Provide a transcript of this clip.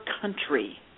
country